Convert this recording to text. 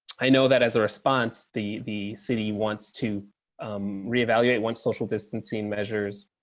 i know that as a response. the, the city wants to reevaluate one social distancing measures.